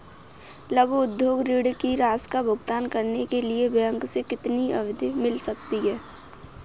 लघु उद्योग ऋण की राशि का भुगतान करने के लिए बैंक से कितनी अवधि मिल सकती है?